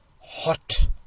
hot